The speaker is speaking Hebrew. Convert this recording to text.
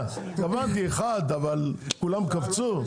התכוונתי אחד, אבל כולם קפצו.